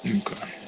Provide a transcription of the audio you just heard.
Okay